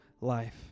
life